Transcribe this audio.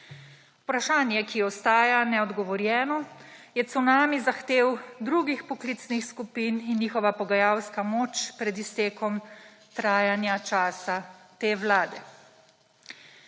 Vprašanje, ki ostaja neodgovorjeno je cunami zahtev drugih poklicnih skupin in njihova pogajalska moč pred iztekom trajanja časa te Vlade.